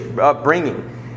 upbringing